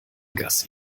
gassi